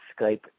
Skype